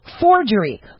Forgery